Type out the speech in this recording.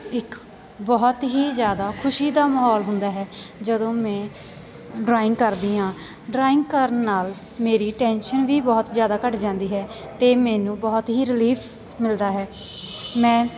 ਇੱਕ ਬਹੁਤ ਹੀ ਜ਼ਿਆਦਾ ਖੁਸ਼ੀ ਦਾ ਮਾਹੌਲ ਹੁੰਦਾ ਹੈ ਜਦੋਂ ਮੈਂ ਡਰਾਇੰਗ ਕਰਦੀ ਹਾਂ ਡਰਾਇੰਗ ਕਰਨ ਨਾਲ ਮੇਰੀ ਟੈਂਸ਼ਨ ਵੀ ਬਹੁਤ ਜ਼ਿਆਦਾ ਘੱਟ ਜਾਂਦੀ ਹੈ ਅਤੇ ਮੈਨੂੰ ਬਹੁਤ ਹੀ ਰਿਲੀਫ ਮਿਲਦਾ ਹੈ ਮੈਂ